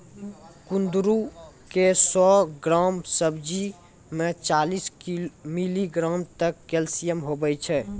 कुंदरू के सौ ग्राम सब्जी मे चालीस मिलीग्राम तक कैल्शियम हुवै छै